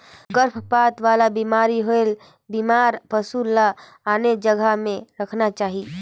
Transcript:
गरभपात वाला बेमारी होयले बेमार पसु ल आने जघा में रखना चाही